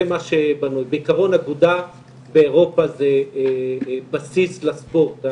כעקרון אגודה באירופה זה בסיס לספורט.